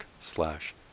slash